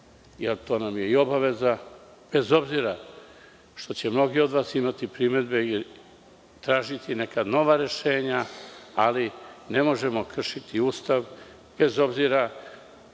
jer to nam je i obaveza, bez obzira što će mnogi od vas imati primedbe i tražiti neka nova rešenja, ali ne možemo kršiti Ustav, bez obzira